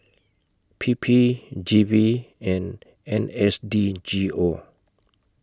P P G V and N S D G O